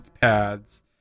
pads